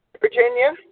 Virginia